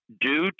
due